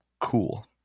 Cool